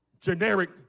generic